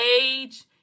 age